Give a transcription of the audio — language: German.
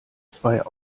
zweier